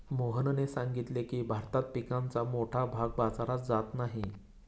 मोहनने सांगितले की, भारतात पिकाचा मोठा भाग बाजारात जात नाही